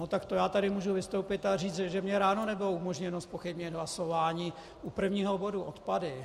Tak to já tady můžu vystoupit a říct, že mně ráno nebylo umožněno zpochybnit hlasování u prvního bodu odpady.